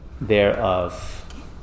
thereof